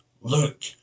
look